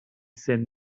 said